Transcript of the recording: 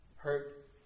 Hurt